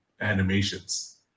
animations